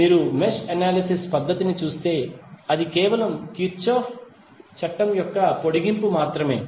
మీరు mesh analysis పద్ధతిని చూస్తే అది కేవలం కిర్చోఫ్ చట్టం యొక్క పొడిగింపు మాత్రమే